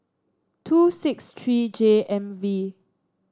two six tree J M V